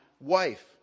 wife